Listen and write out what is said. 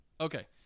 Okay